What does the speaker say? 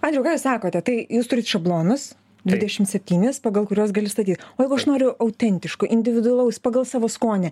andriau ką jūs sakote tai jūs turit šablonus dvidešim septynis pagal kuriuos gali staty o jeigu aš noriu autentiško individualaus pagal savo skonį